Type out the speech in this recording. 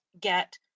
get